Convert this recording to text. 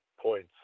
points